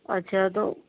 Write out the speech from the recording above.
اچھا تو